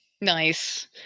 Nice